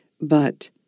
but